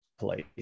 place